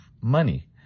money